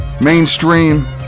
Mainstream